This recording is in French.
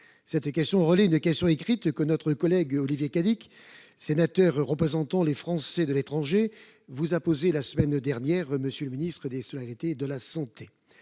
Elle relaye une question écrite que notre collègue Olivier Cadic, sénateur représentant les Français de l'étranger, vous a adressée la semaine dernière, monsieur le ministre des solidarités et de la santé.